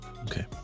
Okay